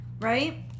right